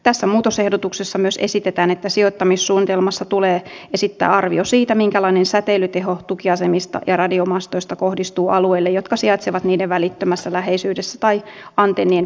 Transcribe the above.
tässä muutosehdotuksessa myös esitetään että sijoittamissuunnitelmassa tulee esittää arvio siitä minkälainen säteilyteho tukiasemista ja radiomastoista kohdistuu alueille jotka sijaitsevat niiden välittömässä läheisyydessä tai antennien pääsäteilykeilassa